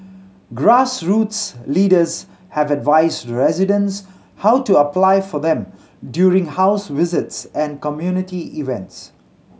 grassroots leaders have advised residents how to apply for them during house visits and community events